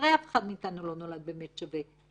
הרי אף אחד מאיתנו לא נולד באמת שווה,